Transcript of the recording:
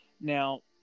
Now